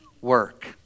work